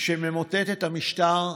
שממוטט את המשטר,